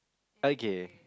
a gay